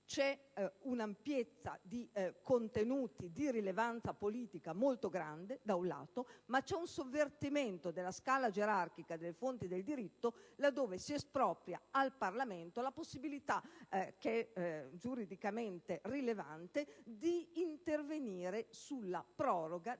c'è un'ampiezza di contenuti di rilevanza politica molto grande, ma dall'altro c'è un sovvertimento della scala gerarchica delle fonti del diritto, laddove si espropria il Parlamento dalla possibilità, che è giuridicamente rilevante, di intervenire sulla proroga di termini